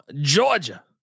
Georgia